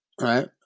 right